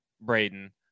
Braden